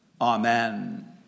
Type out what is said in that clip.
Amen